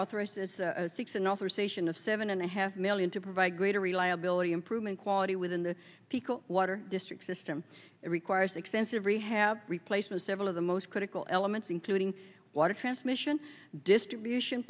authorized six an authorization of seven and a half million to provide greater reliability improvement quality within the peak water district system requires extensive rehab replacement several of the most critical elements including water transmission distribution